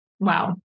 Wow